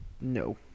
No